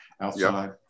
outside